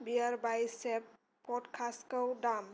बियारबाइचेप पदकास्टखौ दाम